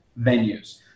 venues